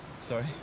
Sorry